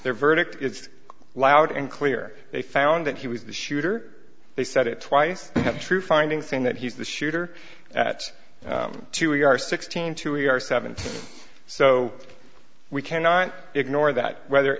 their verdict it's loud and clear they found that he was the shooter they said it twice the true finding saying that he's the shooter at two we are sixteen two we are seven so we cannot ignore that weather